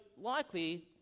likely